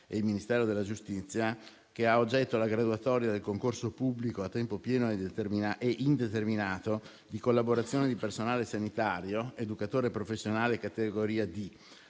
e il Ministero della giustizia che ha ad oggetto la graduatoria del concorso pubblico a tempo pieno e indeterminato di collaborazione di personale sanitario ed educatore professionale di categoria D.